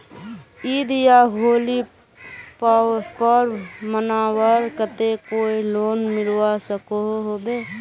ईद या होली पर्व मनवार केते कोई लोन मिलवा सकोहो होबे?